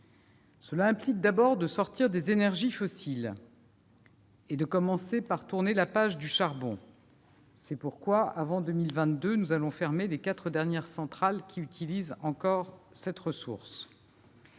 Cela implique d'abord de sortir des énergies fossiles et de commencer par tourner la page du charbon. C'est pourquoi, avant 2022, nous allons fermer les quatre dernières centrales qui utilisent encore cette ressource.